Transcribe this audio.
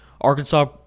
Arkansas